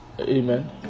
amen